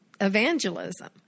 evangelism